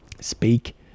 Speak